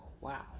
wow